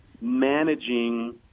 managing